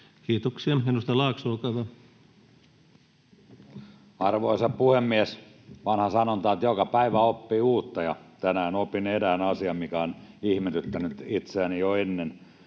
Kiitoksia. — Edustaja Laakso, olkaa hyvä. Arvoisa puhemies! Vanha sanonta on, että joka päivä oppii uutta, ja tänään opin erään asian, mikä on ihmetyttänyt itseäni jo ennen